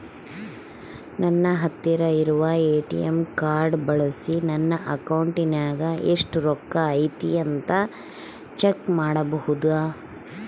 ನನ್ನ ಹತ್ತಿರ ಇರುವ ಎ.ಟಿ.ಎಂ ಕಾರ್ಡ್ ಬಳಿಸಿ ನನ್ನ ಅಕೌಂಟಿನಾಗ ಎಷ್ಟು ರೊಕ್ಕ ಐತಿ ಅಂತಾ ಚೆಕ್ ಮಾಡಬಹುದಾ?